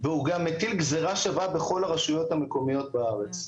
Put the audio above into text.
והוא גם מטיל גזירה שווה בכל הרשויות המקומיות בארץ.